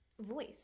Voice